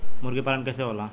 मुर्गी पालन कैसे होला?